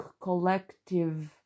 collective